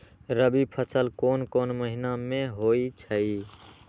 रबी फसल कोंन कोंन महिना में होइ छइ?